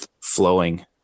flowing